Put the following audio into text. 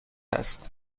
است